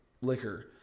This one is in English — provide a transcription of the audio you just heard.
liquor